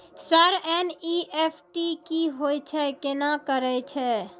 Sir NEFT की होय छै, केना करे छै?